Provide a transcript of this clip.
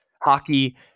hockey